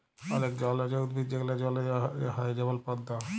অলেক জলজ উদ্ভিদ যেগলা জলে হ্যয় যেমল পদ্দ